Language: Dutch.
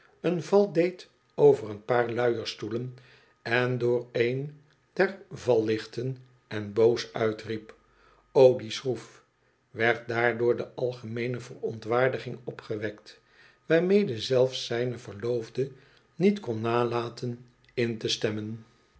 een val deed over een paar luierstoelen en door een der vallichten en boos uitriep o die schroef werd daardoor de algemeene verontwaardiging opgewekt waarmede zelfs zijne verloofde niet kon nalaten in te stemmen